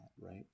right